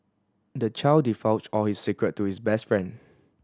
the child divulged all his secret to his best friend